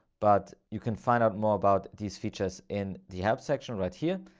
but you can find out more about these features in the help section right here.